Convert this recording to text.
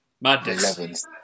Madness